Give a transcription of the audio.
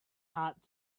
hut